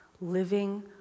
living